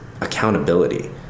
accountability